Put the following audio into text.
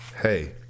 Hey